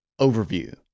Overview